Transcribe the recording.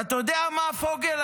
ואתה יודע מה, פוגל?